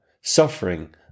suffering